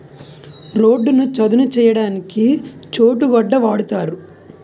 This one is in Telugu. రోడ్డును చదును చేయడానికి చోటు గొడ్డ వాడుతారు